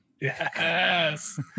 Yes